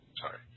Sorry